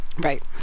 Right